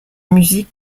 musique